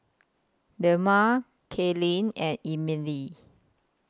Delmar Kaylyn and Emelie